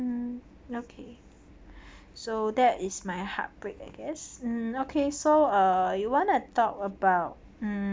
mm okay so that is my heartbreak I guess mm okay so uh you want to talk about mm